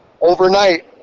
overnight